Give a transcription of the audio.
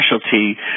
specialty